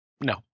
no